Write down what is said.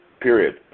period